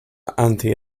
anti